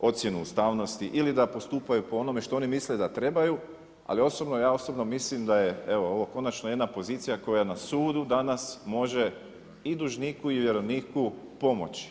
ocjenu ustavnosti ili da postupaju po onome što one misle da trebaju, ali osobno, ja osobno mislim da je ovo konačno jedna pozicija koja na sudu danas može i dužniku i vjerovniku pomoći.